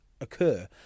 occur